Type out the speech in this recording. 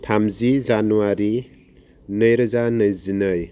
थामजि जानुवारि नै रोजा नैजिनै